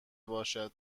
باشد